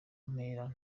mpera